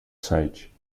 site